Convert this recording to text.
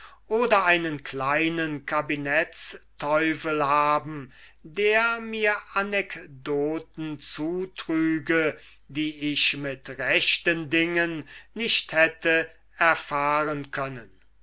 oder einen kleinen cabinetsteufel haben der mir anekdoten zutrüge die ich mit rechten dingen nicht hätte erfahren können